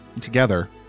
together